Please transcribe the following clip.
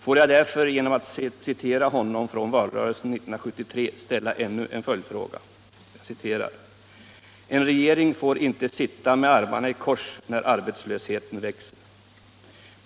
Får jag därför genom att citera honom från valrörelsen 1973 ställa ännu en följdfråga: ”En regering får inte sitta med armarna i kors när arbetslösheten växer.